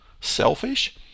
selfish